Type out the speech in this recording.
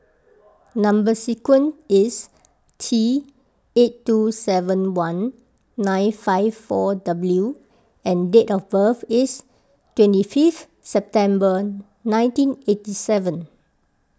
Number Sequence is T eight two seven one nine five four W and date of birth is twenty fifth September nineteen eighty seven